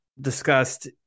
discussed